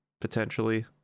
potentially